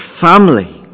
family